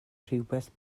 rhywbeth